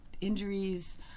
injuries